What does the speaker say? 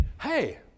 hey